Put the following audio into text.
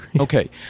Okay